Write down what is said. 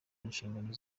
inshingano